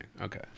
okay